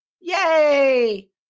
Yay